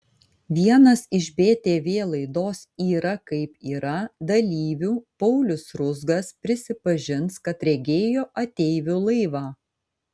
vienas iš btv laidos yra kaip yra dalyvių paulius ruzgas prisipažins kad regėjo ateivių laivą